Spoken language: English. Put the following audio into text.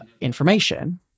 information